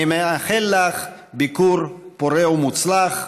אני מאחל לך ביקור פורה ומוצלח.